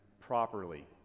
properly